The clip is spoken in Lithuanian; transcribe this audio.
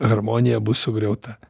harmonija bus sugriauta